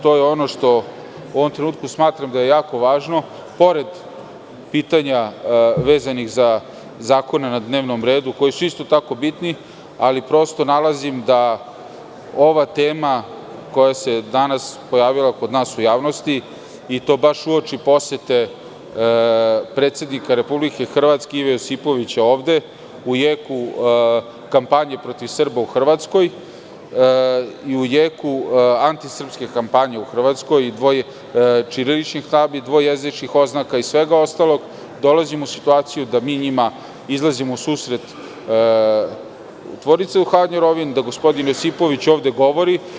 To je ono što smatram jako važnim, a pored pitanja vezanih za zakone na dnevnom redu, a koji su isto tako bitni, ali nalazim da ova tema koja se danas pojavila kod nas u javnosti, i to baš uoči posete predsednika Republike Hrvatske Ive Josipovića, u jeku kampanje protiv Srba u Hrvatskoj, u jeku antisrpske kampanje u Hrvatskoj, ćiriličnih tabli, dvojezičnih oznaka i svega ostalog, dolazimo u situaciju da izlazimo u susret Tvornici duhana Rovinj, da gospodin Josipović ovde govori.